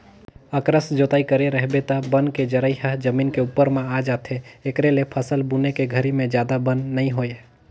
अकरस जोतई करे रहिबे त बन के जरई ह जमीन के उप्पर म आ जाथे, एखरे ले फसल बुने के घरी में जादा बन नइ होय